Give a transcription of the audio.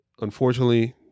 unfortunately